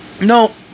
No